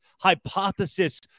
Hypothesis